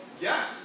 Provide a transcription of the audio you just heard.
Yes